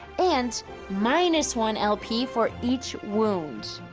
and minus one lp for each wound.